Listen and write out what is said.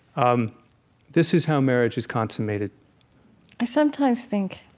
um this is how marriage is consummated i sometimes think